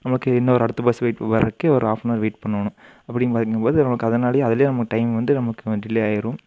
நமக்கு இன்னொரு அடுத்த பஸ்ஸு வெயிட் ப வர்றதுக்கே ஒரு ஹாஃப் அன் அவர் வெயிட் பண்ணணும் அப்படின்னு பார்த்துட்ருக்கும் போது நமக்கு அதனாலேயே அதுலேயே நம்ம டைம் வந்து நமக்கு கொஞ்சம் டிலே ஆகிரும்